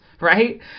right